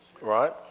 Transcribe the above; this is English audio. right